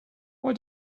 why